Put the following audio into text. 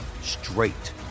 straight